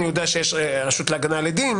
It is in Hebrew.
אני יודע שיש רשות להגנה על עדים.